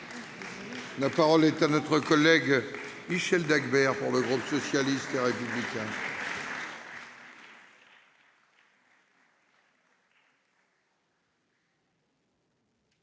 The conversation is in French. La parole est à M. Michel Dagbert, pour le groupe socialiste et républicain.